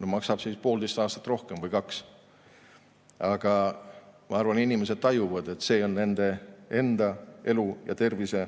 ta maksab siis poolteist aastat või kaks kauem. Aga ma arvan, et inimesed tajuvad, et see on nende enda elu ja tervise